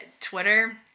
Twitter